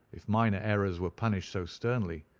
if minor errors were punished so sternly,